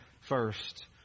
first